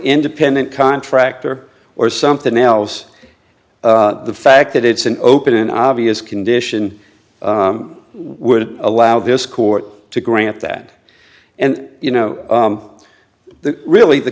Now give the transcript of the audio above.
independent contractor or something else the fact that it's an open obvious condition would allow this court to grant that and you know that really the